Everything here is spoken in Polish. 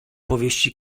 powieści